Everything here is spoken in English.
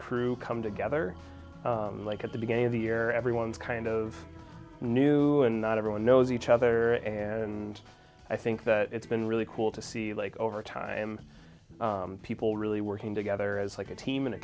crew come together like at the beginning of the year everyone's kind of new and not everyone knows each other and i think that it's been really cool to see like over time people really working together as like a team in a